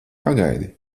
pagaidi